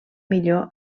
millor